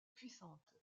puissantes